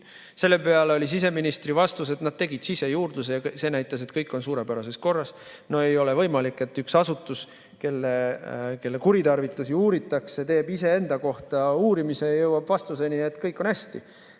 Selle peale oli siseministri vastus, et nad tegid sisejuurdluse ja see näitas, et kõik on suurepärases korras. No ei ole võimalik, et üks asutus, kelle kuritarvitusi uuritakse, teeb iseenda kohta uurimise ja jõuab vastuseni, et kõik on hästi.